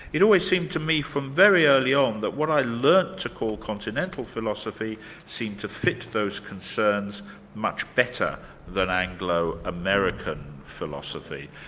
it always seemed to me from very early on um that what i learnt to call continental philosophy seemed to fit those concerns much better than anglo-american philosophy.